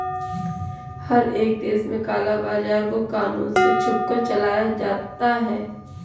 हर एक देश में काला बाजार को कानून से छुपकर चलाया जाता है